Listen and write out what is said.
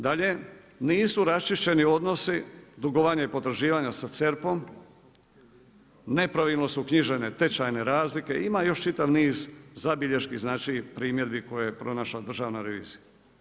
Dalje, nisu raščišćeni odnosi dugovanja i potraživanja sa CERP-om, ne pravilno su knjižene tečajne razlike i ima još čitav niz zabilješki primjedbi koje je pronašla Državna revizija.